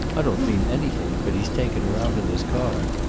i don't mean anything. but he's taken her out in his car.